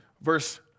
Verse